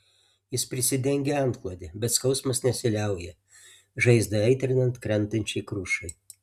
jis prisidengia antklode bet skausmas nesiliauja žaizdą aitrinant krentančiai krušai